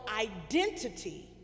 identity